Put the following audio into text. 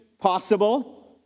possible